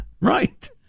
Right